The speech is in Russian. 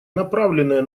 направленная